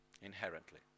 inherently